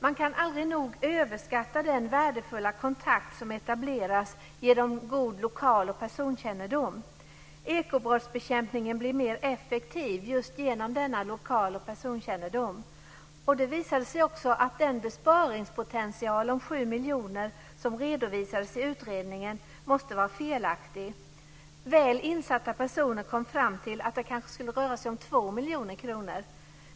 Man kan aldrig överskatta den värdefulla kontakt som etableras genom god lokal och personkännedom. Ekobrottsbekämpningen blir mer effektiv just genom denna lokal och personkännedom. Det visade sig också att den besparingspotential om sju miljoner som redovisades i utredningen måste vara felaktig. Väl insatta personer kom fram till att det kanske skulle röra sig om två miljoner kronor.